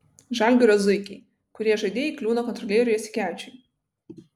žalgirio zuikiai kurie žaidėjai kliūna kontrolieriui jasikevičiui